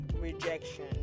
rejection